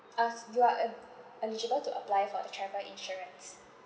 uh s~ you are eb~ eligible to apply for the travel insurance